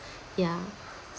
ya